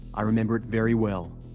i remember it very well.